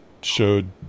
showed